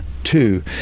two